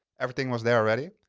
everything was there already.